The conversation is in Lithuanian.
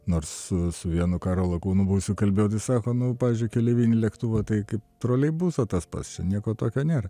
nors su vienu karo lakūnu buvusiu kalbėjau sako nu pavyzdžiui keleivinį lėktuvą tai kaip troleibusą tas pats čia nieko tokio nėra